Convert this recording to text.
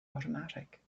automatic